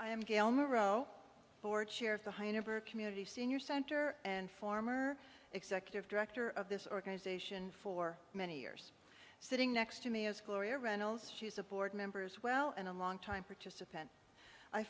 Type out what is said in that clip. i am gail munro board chair of the high number community senior center and former executive director of this organization for many years sitting next to me is gloria reynolds she's a board members well and a longtime participant i